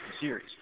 series